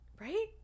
right